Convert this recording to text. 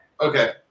Okay